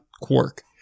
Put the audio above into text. quirk